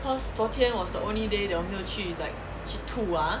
cause 昨天 was the only day that 我没有去 like 去吐 ah